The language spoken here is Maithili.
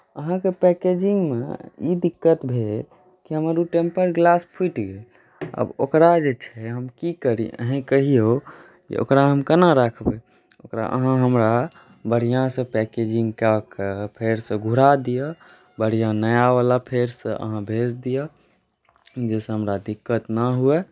अहाँके पैकेजिंगमे ई दिक्कत भेल कि हमर ओ टेम्पर ग्लास फुटि गेल आब ओकरा जे छै हम की करी अहीँ कहियौ जे ओकरा हम केना राखबै ओकरा अहाँ हमरा बढ़िआँसँ पैकेजिंग कए कऽ फेरसँ घुरा दिअ बढ़िआँ नयावाला फेरसँ अहाँ भेज दिअ जाहिसँ हमरा दिक्कत ना हुए